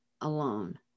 alone